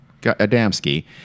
Adamski